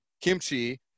Kimchi